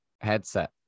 headset